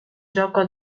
gioco